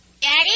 Daddy